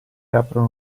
aprono